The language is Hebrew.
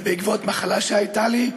זה בעקבות מחלה שהייתה לי,